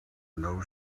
know